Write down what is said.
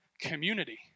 community